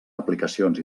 aplicacions